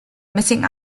missing